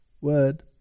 word